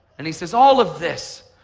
and he says all of this,